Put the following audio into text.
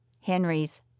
Henry's